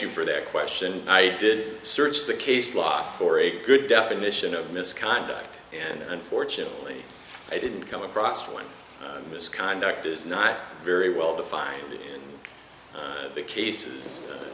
you for that question i did search the case law for a good definition of misconduct and unfortunately i didn't come across one misconduct is not very well defined the cases